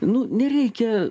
nu nereikia